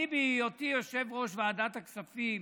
בהיותי יושב-ראש ועדת הכספים